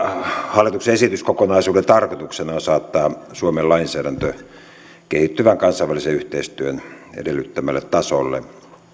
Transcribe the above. hallituksen esityskokonaisuuden tarkoituksena on saattaa suomen lainsäädäntö kehittyvän kansainvälisen yhteistyön edellyttämälle tasolle